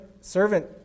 servant